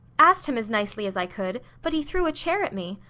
asked him as nicely as i could but he threw a chair at me.